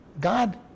God